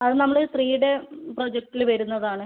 അതു നമ്മൾ three day പ്രോജെക്ടിൽ വരുന്നതാണ്